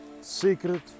secret